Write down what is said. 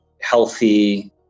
healthy